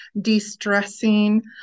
de-stressing